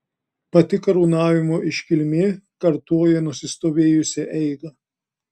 pati karūnavimo iškilmė kartoja nusistovėjusią eigą